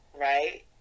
right